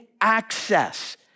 access